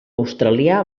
australià